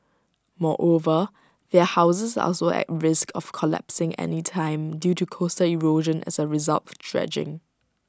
moreover their houses are also at risk of collapsing anytime due to coastal erosion as A result of dredging